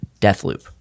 Deathloop